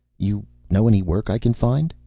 you know any work i can find?